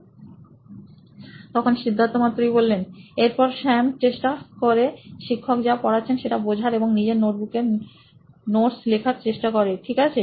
সিদ্ধার্থ মাতু রি সি ই ও নোইন ইলেক্ট্রনিক্স এরপর স্যাম চেষ্টা করে শিক্ষক যা পড়াচ্ছেন সেটা বোঝার এবং নিজের নোটবুকে নোটস লেখার চেষ্টা করে ঠিক আছে